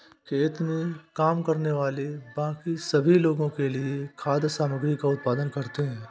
खेत में काम करने वाले बाकी सभी लोगों के लिए खाद्य सामग्री का उत्पादन करते हैं